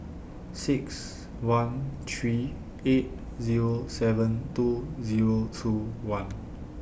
six one three eight Zero seven two Zero two one